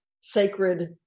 sacred